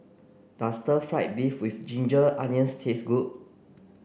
does stir fried beef with ginger onions taste good